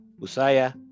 Usaya